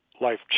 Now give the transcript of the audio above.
life